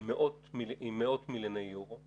עם מאות מיליוני אירו,